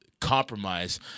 compromise